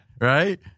Right